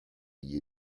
lié